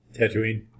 Tatooine